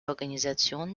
organisation